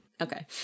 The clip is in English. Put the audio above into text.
okay